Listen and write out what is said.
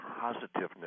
positiveness